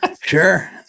Sure